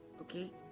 Okay